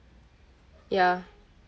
ya